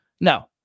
No